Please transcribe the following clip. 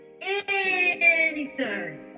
anytime